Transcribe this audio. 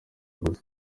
gusa